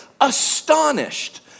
Astonished